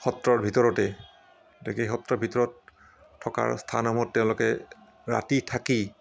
সত্ৰৰ ভিতৰতে সত্ৰৰ ভিতৰত থকাৰ স্থানসমূহত তেওঁলোকে ৰাতি থাকি